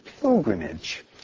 pilgrimage